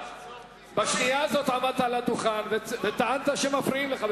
בשנייה הזאת עמדת על הדוכן וטענת שמפריעים לך.